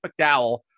McDowell